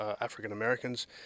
African-Americans